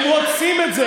הם רוצים את זה,